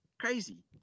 crazy